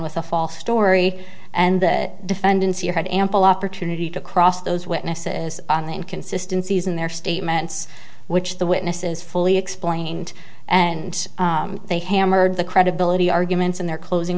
with a false story and the defendants here had ample opportunity to cross those witnesses on the consistencies in their statements which the witnesses fully explained and they hammered the credibility arguments in their closing